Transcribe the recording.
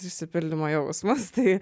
išsipildymo jausmas tai